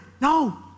no